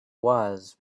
was